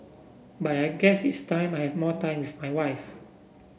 but I guess it's time I have more time with my wife